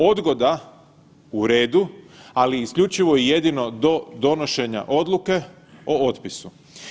Odgoda u redu, ali isključivo i jedino do donošenja odluke o otpisu.